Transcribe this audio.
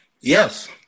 Yes